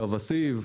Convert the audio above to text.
קו הסיב,